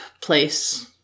place